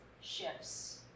shifts